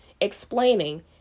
explaining